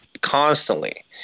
constantly